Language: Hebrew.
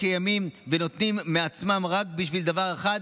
כימים ונותנים מעצמם רק בשביל דבר אחד,